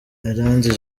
iranzi